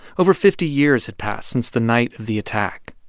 over fifty years had passed since the night of the attack.